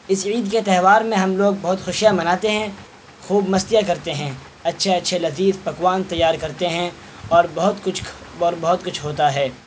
اس عید کے تہوار میں ہم لوگ بہت خوشیاں مناتے ہیں خوب مستیاں کرتے ہیں اچھے اچھے لذیذ پکوان تیار کرتے ہیں اور بہت کچھ اور بہت کچھ ہوتا ہے